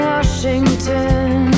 Washington